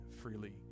freely